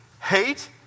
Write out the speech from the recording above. hate